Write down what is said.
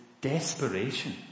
desperation